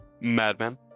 Madman